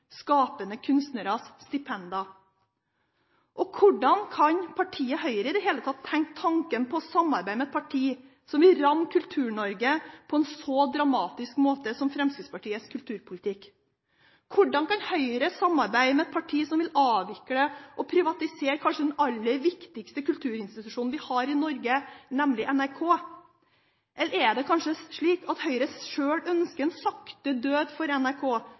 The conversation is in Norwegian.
skapende kunstneres stipender. Hvordan kan Høyre i det hele tatt tenke tanken på å samarbeide med et parti som vil ramme Kultur-Norge på en så dramatisk måte som Fremskrittspartiets kulturpolitikk gjør? Hvordan kan Høyre samarbeide med et parti som vil avvikle og privatisere den kanskje aller viktigste kulturinstitusjonen i Norge, nemlig NRK? Eller er det kanskje slik at Høyre sjøl ønsker en sakte død for NRK,